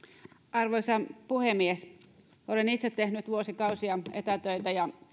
arvoisa puhemies olen itse tehnyt vuosikausia etätöitä ja